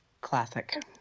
Classic